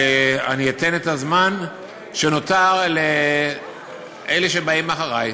ואני אתן את הזמן שנותר לאלה שבאים אחרי.